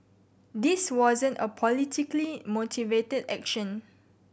this wasn't a politically motivated action